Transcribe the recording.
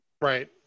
Right